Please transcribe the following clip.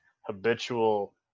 habitual